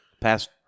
past